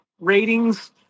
ratings